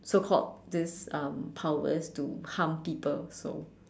so called this um powers to harm people so